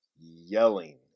yelling